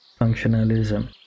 functionalism